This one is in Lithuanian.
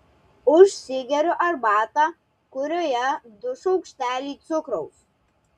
užsigeriu arbata kurioje du šaukšteliai cukraus